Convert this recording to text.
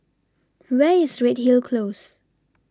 Where IS Redhill Close